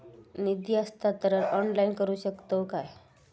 निधी हस्तांतरण ऑनलाइन करू शकतव काय?